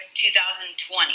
2020